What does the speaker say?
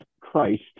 Christ